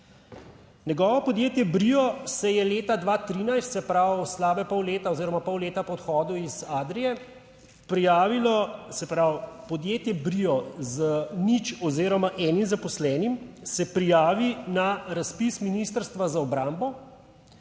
Njegovo podjetje Brio se je leta 2013, se pravi slabe pol leta oziroma pol leta po odhodu iz Adrie, prijavilo, se pravi podjetje Brio z nič oziroma enim zaposlenim se prijavi na razpis Ministrstva za obrambo